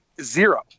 Zero